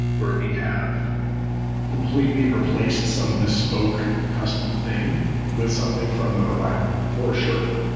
where we have completely replaced some bespoke custom thing with something from the provider for sure.